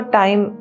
time